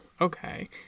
Okay